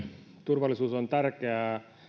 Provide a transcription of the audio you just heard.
turvallisuus on tärkeää